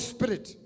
Spirit